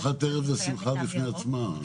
לא, ארוחת ערב זו שמחה בפני עצמה.